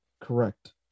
correct